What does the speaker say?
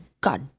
God